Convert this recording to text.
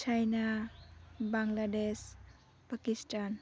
China Bangladesh Pakistan